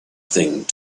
think